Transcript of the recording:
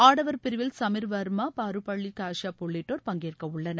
ஆடவர் பிரிவில் சமீர் வர்மா பாருபள்ளி காஷ்பப் உள்ளிட்டோர் பங்கேற்கவுள்ளனர்